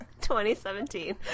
2017